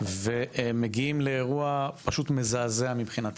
והם מגיעים לאירוע פשוט מזעזע מבחינתי.